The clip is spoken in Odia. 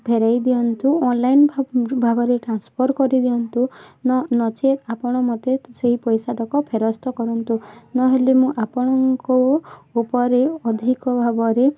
ଫେରାଇ ଦିଅନ୍ତୁ ଅନ୍ଲାଇନ୍ ଭାବରେ ଟ୍ରାନ୍ସଫର୍ କରିଦିଅନ୍ତୁ ନ ନଚେତ୍ ଆପଣ ମୋତେ ସେହି ପଇସାଟାକୁ ଫେରସ୍ତ କରନ୍ତୁ ନହେଲେ ମୁଁ ଆପଣଙ୍କ ଉପରେ ଅଧିକ ଭାବରେ